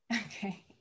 Okay